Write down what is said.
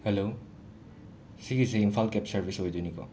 hello ꯁꯤꯒꯤꯁꯤ Imphal cab service ꯑꯣꯏꯗꯣꯏꯅꯤꯀꯣ